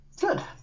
good